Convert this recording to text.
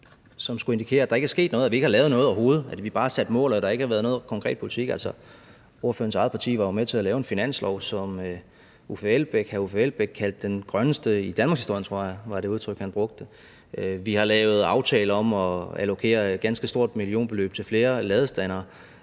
som skulle indikere, at der ikke er sket noget, og at vi overhovedet ikke har lavet noget, men bare har sat mål uden at have nogen konkret politik. Ordførerens eget parti var jo med til at lave en finanslov, som hr. Uffe Elbæk kaldte den grønneste i danmarkshistorien, tror jeg var det udtryk, han brugte. Vi har lavet aftaler om at allokere et ganske stort millionbeløb til flere ladestandere